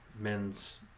men's